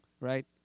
right